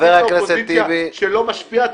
יחסית לאופוזיציה שלא משפיעה,